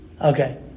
Okay